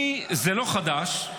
לי זה לא חדש.